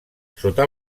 sota